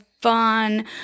fun